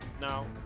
Now